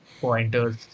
pointers